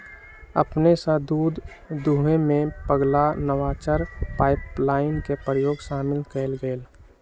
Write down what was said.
अपने स दूध दूहेमें पगला नवाचार पाइपलाइन के प्रयोग शामिल कएल गेल